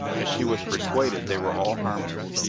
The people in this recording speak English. as she was persuaded they were all harmless.